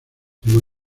clima